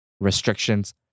restrictions